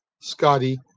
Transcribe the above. Scotty